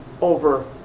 over